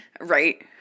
right